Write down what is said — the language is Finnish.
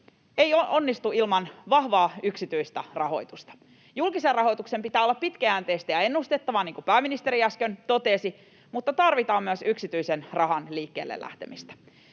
ei onnistu ilman vahvaa yksityistä rahoitusta. Julkisen rahoituksen pitää olla pitkäjänteistä ja ennustettavaa, niin kuin pääministeri äsken totesi, mutta tarvitaan myös yksityisen rahan liikkeelle lähtemistä.